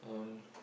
um